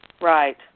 Right